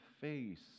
face